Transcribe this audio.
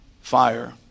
fire